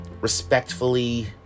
respectfully